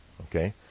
Okay